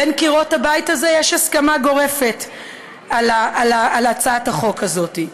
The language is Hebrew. בין קירות הבית הזה יש הסכמה גורפת על הצעת החוק הזאת.